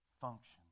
function